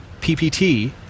PPT